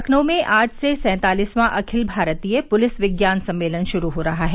लखनऊ में आज से सैंतालिसवां अखिल भारतीय पुलिस विज्ञान सम्मेलन शुरू हो रहा है